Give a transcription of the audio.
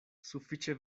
sufiĉe